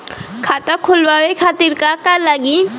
खाता खोलवाए खातिर का का लागी?